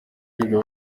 kwiga